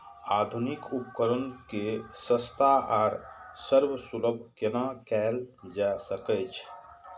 आधुनिक उपकण के सस्ता आर सर्वसुलभ केना कैयल जाए सकेछ?